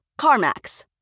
CarMax